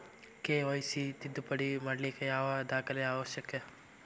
KYC ತಿದ್ದುಪಡಿ ಮಾಡ್ಲಿಕ್ಕೆ ಯಾವ ದಾಖಲೆ ಅವಶ್ಯಕ?